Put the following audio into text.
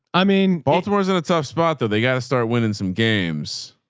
i mean, baltimore is in a tough spot though. they gotta start winning some games.